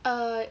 err